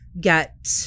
get